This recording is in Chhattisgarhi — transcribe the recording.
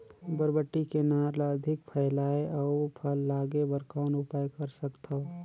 बरबट्टी के नार ल अधिक फैलाय अउ फल लागे बर कौन उपाय कर सकथव?